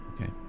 Okay